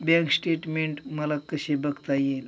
Bank statement मला कसे बघता येईल?